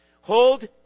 Hold